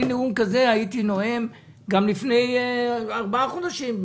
נאום כזה הייתי נואם גם לפני ארבעה חודשים,